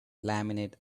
laminate